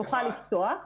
נוכל לפתוח,